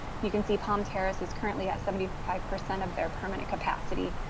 you can see palm terrace is currently at seventy five percent of their permanent capacity.